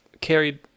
carried